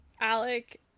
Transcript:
Alec